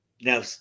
now